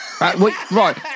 Right